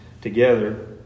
together